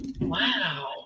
wow